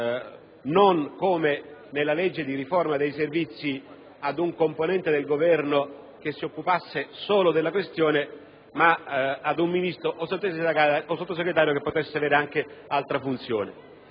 non, come nella legge di riforma dei Servizi, ad un componente del Governo che si occupasse solo della questione, ma ad un Ministro o Sottosegretario che potesse avere anche altra funzione.